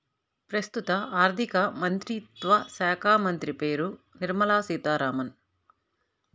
ప్రస్తుత ఆర్థికమంత్రిత్వ శాఖామంత్రి పేరు నిర్మల సీతారామన్